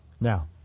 Now